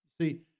See